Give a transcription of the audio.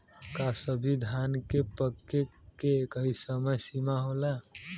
का सभी धान के पके के एकही समय सीमा होला?